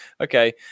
okay